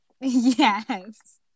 yes